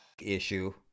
Issue